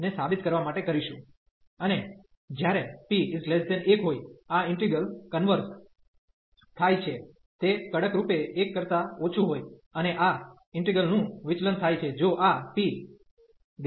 અને જ્યારે p1 હોય આ ઈન્ટિગ્રલ કન્વર્ઝ થાય છે તે કડકરૂપે 1 કરતા ઓછું હોય અને આ ઈન્ટિગ્રલ નું વિચલન થાય છે જો આ p≥1